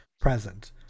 present